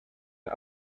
amb